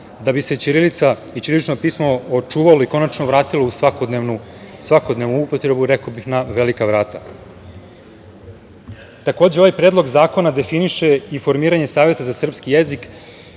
da bi se ćirilica i ćirilično pismo očuvalo i konačno vratilo u svakodnevnu upotrebu, rekao bih, na velika vrata. Takođe, ovaj Predlog zakona definiše i formiranje saveta za srpski jezik